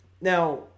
Now